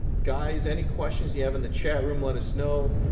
guys, any questions you have in the chat room, let us know.